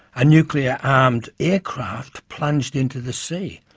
a nuclear-armed aircraft plunged into the sea,